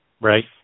Right